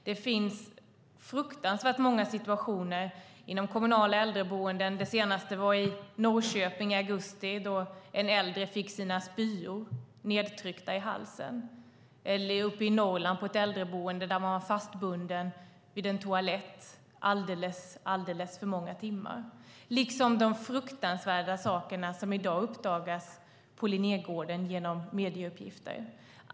Det finns fruktansvärda exempel från kommunala äldreboenden. Ett var i Norrköping i augusti då en äldre fick sina spyor nedtryckta i halsen. Ett annat var på ett äldreboende i Norrland där en äldre var fastbunden vid en toalett alldeles för många timmar. Vi har också de fruktansvärda händelser på Linnégården som i dag uppdagas genom uppgifter i medierna.